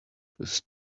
focus